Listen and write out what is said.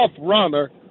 runner